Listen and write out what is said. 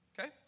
Okay